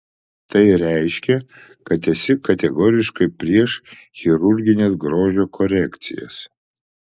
tai reiškia kad esi kategoriškai prieš chirurgines grožio korekcijas